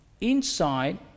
inside